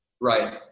Right